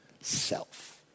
self